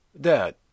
Dad